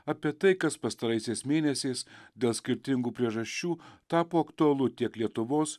apie tai kas pastaraisiais mėnesiais dėl skirtingų priežasčių tapo aktualu tiek lietuvos